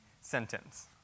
sentence